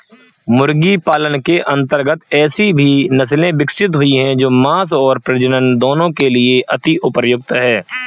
मुर्गी पालन के अंतर्गत ऐसी भी नसले विकसित हुई हैं जो मांस और प्रजनन दोनों के लिए अति उपयुक्त हैं